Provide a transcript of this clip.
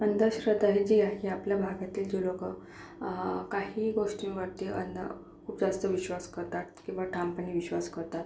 अंधश्रद्धा ही जी आहे आपल्या भागातील जी लोक काही गोष्टींवरती अंध खूप जास्त विश्वास करतात किंवा ठामपणे विश्वास करतात